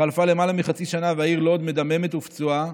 חלפה למעלה מחצי שנה, והעיר לוד, מדממת ופצועה,